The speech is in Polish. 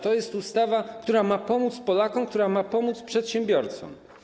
To jest ustawa, która ma pomóc Polakom, która ma pomóc przedsiębiorcom.